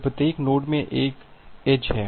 तो प्रत्येक नोड में एक एज है